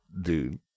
Dude